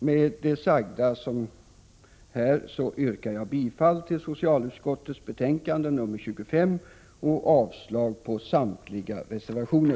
Med det sagda yrkar jag bifall till socialutskottets hemställan i betänkande 25, vilket innebär avslag på samtliga reservationer.